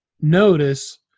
notice